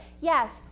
Yes